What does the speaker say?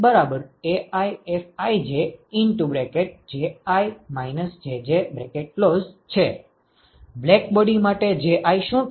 blackbody માટે Ji શું છે